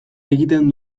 egiten